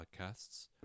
podcasts